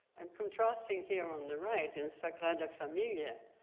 i'm contrasting here on the right, in sagrada familia, a